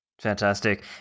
Fantastic